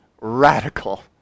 radical